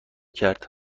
کرد